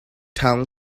town